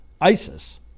ISIS